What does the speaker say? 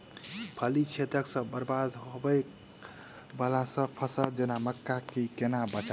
फली छेदक सँ बरबाद होबय वलासभ फसल जेना मक्का कऽ केना बचयब?